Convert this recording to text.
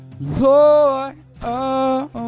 Lord